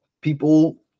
People